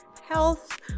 health